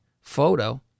photo